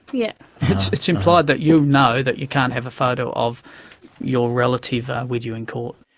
yeah it's it's implied that you know that you can't have a photo of your relative ah with you in court.